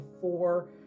four